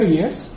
yes